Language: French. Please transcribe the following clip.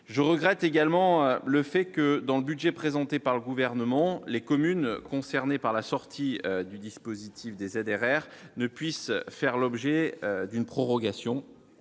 je regrette également le fait que dans le budget présenté par le gouvernement, les communes concernées par la sortie du dispositif des ZRR ne puisse faire l'objet d'une prorogation